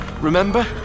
Remember